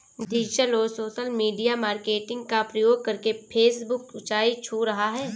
digital और social media marketing का प्रयोग करके फेसबुक ऊंचाई छू रहा है